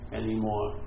anymore